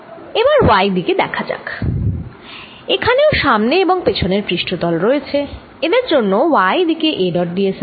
এবার y দিকে দেখা যাক এখানেও সামনে এনং পেছনের পৃষ্ঠ তল রয়েছে এদের জন্য y দিকে A ডট d s আছে